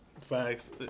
Facts